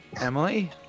Emily